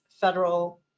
federal